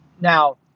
Now